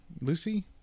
Lucy